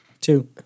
Two